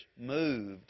moved